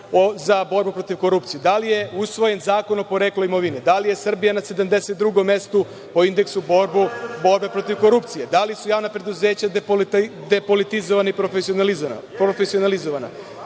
za borbu protiv korupcije? Da li je usvojen zakon o poreklu imovine? Da li je Srbija na 72. mestu po indeksu borbe protiv korupcije? Da li su javna preduzeća depolitizovana i profesionalizovana?